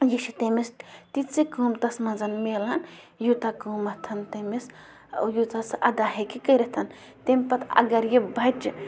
یہِ چھِ تٔمِس تِتسی قۭمتَس منٛز مِلان یوٗتاہ قۭمَتھ تٔمِس یوٗتاہ سُہ اَدا ہیٚکہِ کٔرِتھ تٔمۍ پَتہٕ اَگر یہِ بَچہٕ